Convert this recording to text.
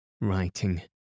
writing